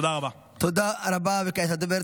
תודה רבה.